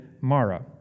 Mara